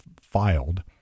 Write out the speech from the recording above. filed